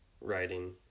writing